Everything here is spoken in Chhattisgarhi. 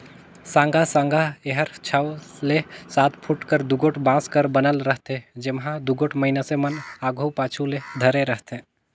साँगा साँगा एहर छव ले सात फुट कर दुगोट बांस कर बनल रहथे, जेम्हा दुगोट मइनसे मन आघु पाछू ले धरे रहथे